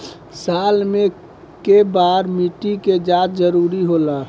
साल में केय बार मिट्टी के जाँच जरूरी होला?